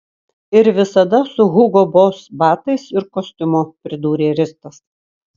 ir visada su hugo boss batais ir kostiumu pridūrė ristas